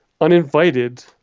uninvited